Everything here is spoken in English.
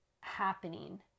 happening